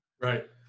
Right